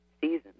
seasons